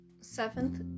seventh